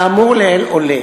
מהאמור לעיל עולה